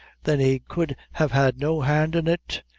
then he could have had no hand in it?